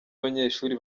abanyeshuri